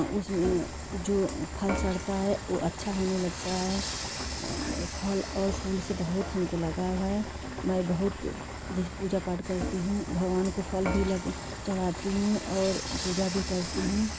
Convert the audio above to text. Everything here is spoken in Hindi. उसमें जो फल सड़ता है वह अच्छा होने लगता है फल और फूल से बहुत हमको लगाव है मैं बहुत जिस पूजा पाठ करती हूँ भगवान को फल भी लग चढ़ाती हूँ और पूजा भी करती हूँ